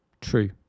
True